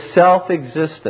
self-existent